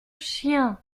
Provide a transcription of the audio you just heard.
chien